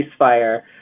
ceasefire